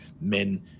men